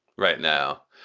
right now,